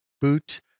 Boot